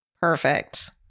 Perfect